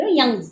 young